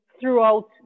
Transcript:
throughout